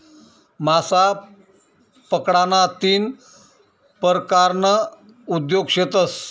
मासा पकडाना तीन परकारना उद्योग शेतस